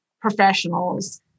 professionals